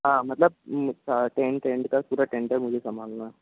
हाँ मतलब अच्छा टेंट वेन्ट का पूरा टेंडर मुझे संभालना है